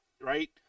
right